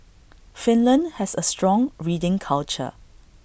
Finland has A strong reading culture